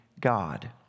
God